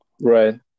Right